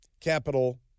capital